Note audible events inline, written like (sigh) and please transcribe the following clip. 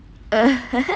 (laughs)